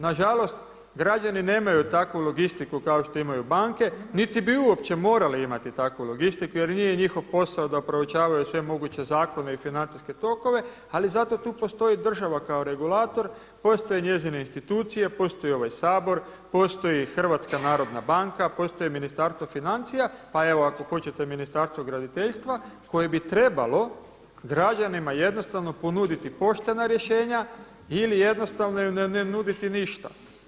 Nažalost, građani nemaju takvu logistiku kao što imaju banke niti bi uopće morali imati takvu logistiku jer nije njihov posao da proučavaju sve moguće zakone i financijske tokove, ali zato tu postoji država kao regulator, postoje njezine institucije, postoji ovaj Sabor, postoji HNB, postoji Ministarstvo financija, pa evo ako hoćete Ministarstvo graditeljstva koje bi trebalo građanima jednostavno ponuditi poštena rješenja ili jednostavno im ne nuditi ništa.